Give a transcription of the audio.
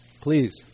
Please